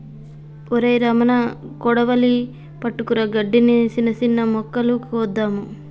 ఒరై రమణ కొడవలి పట్టుకురా గడ్డిని, సిన్న సిన్న మొక్కలు కోద్దాము